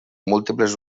múltiples